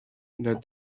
that